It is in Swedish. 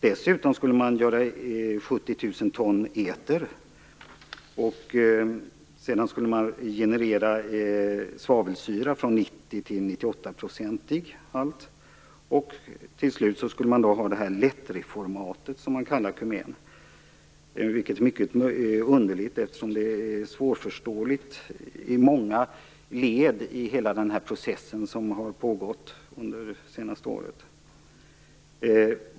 Dessutom skulle man göra 70 000 ton eter, och sedan skulle man generera svavelsyra från nittioprocentig till nittioåttaprocentig halt. Till slut skulle man ha det här lättreformatet, som man kallar kumenet. Det är mycket underligt. Det är svårförståeligt i många led i hela den process som har pågått under det senaste året.